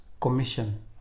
Commission